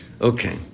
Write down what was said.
Okay